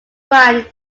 brian